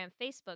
Facebook